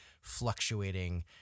fluctuating